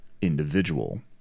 individual